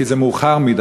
כי זה מאוחר מדי.